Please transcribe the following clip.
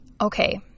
okay